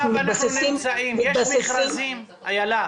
אנחנו מתבססים --- אילה,